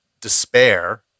despair